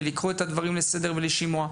ולקרוא את הדברים לסדר ולשימוע.